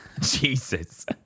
Jesus